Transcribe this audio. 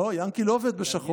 לא, ינקי לא עובד בשחור.